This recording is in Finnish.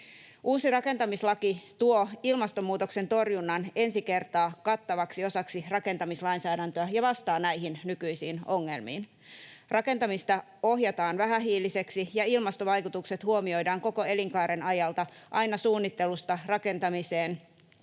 Uusi rakentamislaki tuo ilmastonmuutoksen torjunnan ensi kertaa kattavaksi osaksi rakentamislainsäädäntöä ja vastaa näihin nykyisiin ongelmiin. Rakentamista ohjataan vähähiiliseksi, ja ilmastovaikutukset huomioidaan koko elinkaaren ajalta, aina suunnittelusta rakentamiseen,